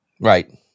Right